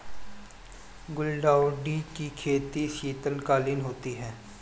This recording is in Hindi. गुलदाउदी की खेती शीतकालीन होती है